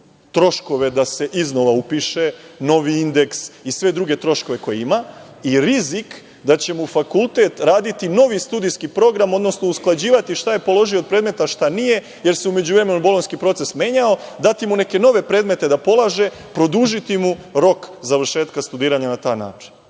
troškove da se iznova upiše, novi indeks i sve druge troškove koje ima i rizik da će mu fakultet raditi novi studijski program, odnosno usklađivati šta je položio od predmeta, šta nije jer se u međuvremenu bolonjski proces menjao, dati mu neke nove predmete da polaže, produžiti mu rok završetka studiranja na taj način? Nije